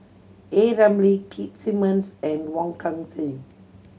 A Ramli Keith Simmons and Wong Kan Seng